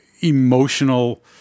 emotional